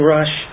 Rush